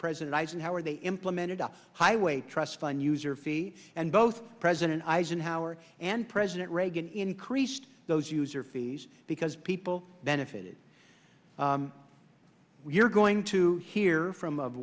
president eisenhower they implemented a highway trust fund user fee and both president eisenhower and president reagan increased those user fees because people benefited we're going to hear from of